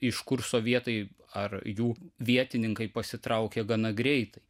iš kur sovietai ar jų vietininkai pasitraukė gana greitai